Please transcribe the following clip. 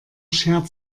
schert